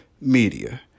media